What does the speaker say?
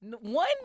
one